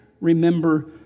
Remember